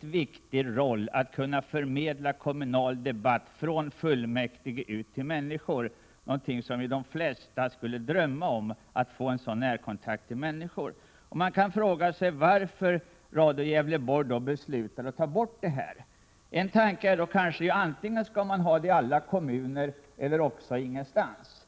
mycket viktiga roll som förmedlare av debatt från kommunfullmäktige ut till invånarna i kommunen medförde en närkontakt med människor av den grad som de flesta inte kunde drömma om var möjlig. Man kan fråga sig: Varför beslutade Radio Gävleborg att upphöra med verksamheten? En tanke är kanske att man antingen skall sända fullmäktigesammanträden i alla kommuner eller också ingenstans.